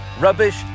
rubbish